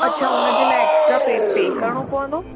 अच्छा हुनजे लाइ एक्स्ट्रा पे पे करिणो पवंदो